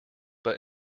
but